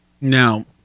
Now